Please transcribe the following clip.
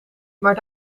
maar